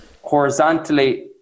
horizontally